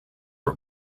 for